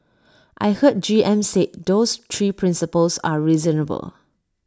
I heard G M said those three principles are reasonable